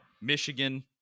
Michigan